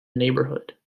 neighborhood